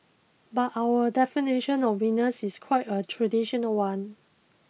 but our definition of winners is quite a traditional one